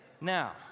now